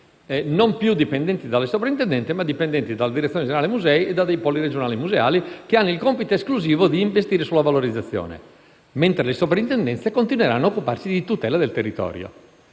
più dipendenti dalle Sovrintendenze, ma dalla direzione generale musei e da dei poli regionali museali che hanno il compito esclusivo di investire sulla valorizzazione; le Sovrintendenze, invece, continueranno ad occuparsi di tutela del territorio.